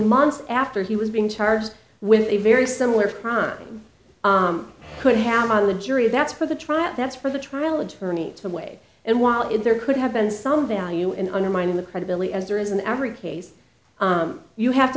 months after he was being charged with a very similar crime could have on the jury that's for the trial that's for the trial attorney some way and while if there could have been some value in undermining the credibility as there is an average case you have to